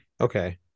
okay